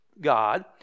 God